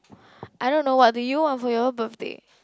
I don't know what do you want for your birthday